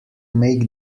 make